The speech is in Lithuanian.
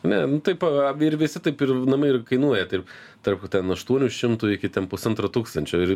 ane nu taip ir visi taip ir namai ir kainuoja taip tarp ten aštuonių šimtų iki ten pusantro tūkstančio ir